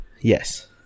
Yes